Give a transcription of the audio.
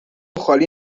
خالی